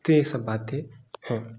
तो ये सब बातें हैं